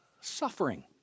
suffering